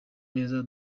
neza